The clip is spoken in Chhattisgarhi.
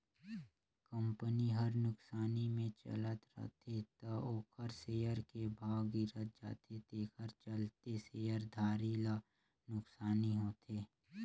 कंपनी हर नुकसानी मे चलत रथे त ओखर सेयर के भाव गिरत जाथे तेखर चलते शेयर धारी ल नुकसानी होथे